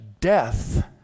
death